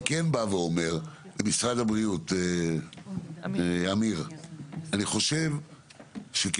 אני כן בא ואומר לעמיר ממשרד הבריאות: כחלק מהבשורה